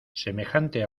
semejante